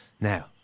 Now